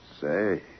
Say